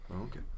Okay